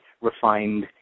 refined